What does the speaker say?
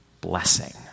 blessing